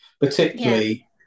particularly